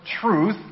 truth